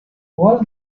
roll